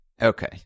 Okay